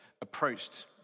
approached